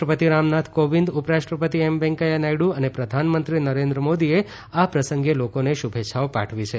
રાષ્ટ્રપતિ રામ નાથ કોવિંદ ઉપરાષ્ટ્રપતિ એમ વેંકૈયા નાયડુ અને પ્રધાનમંત્રી નરેન્દ્ર મોદીએ આ પ્રસંગે લોકોને શૃભેચ્છાઓ પાઠવી છે